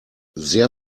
sehr